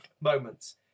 moments